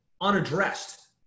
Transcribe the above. unaddressed